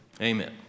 Amen